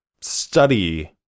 study